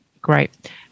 Great